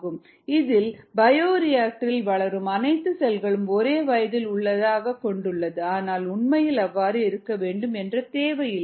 𝑟𝑥 𝑘𝑥1 − 𝛽𝑥 இதில் பயோரியாக்டரில் வளரும் அனைத்து செல்களும் ஒரே வயதில் உள்ளதாக கொண்டுள்ளது ஆனால் உண்மையில் அவ்வாறு இருக்க வேண்டும் என்ற தேவை இல்லை